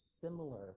similar